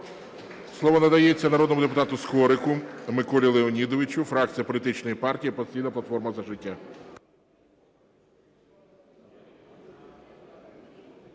Слово надається народному депутату Скорику Миколі Леонідовичу, фракція політичної партії "Опозиційна платформа - За життя".